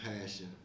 passion